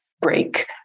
break